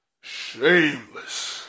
Shameless